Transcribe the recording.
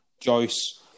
Joyce